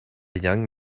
young